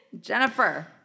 Jennifer